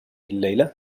الليلة